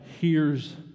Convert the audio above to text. hears